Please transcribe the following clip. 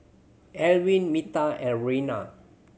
Evelin Meta and Reanna